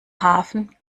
hafen